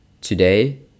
today